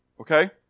okay